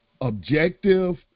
objective